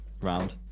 round